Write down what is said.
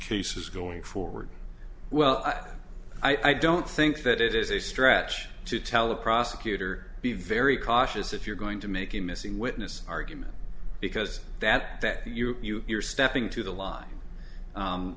case is going forward well i don't think that it is a stretch to tell the prosecutor be very cautious if you're going to make a missing witness argument because that that you you you're stepping to the line